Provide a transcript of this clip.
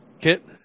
Kit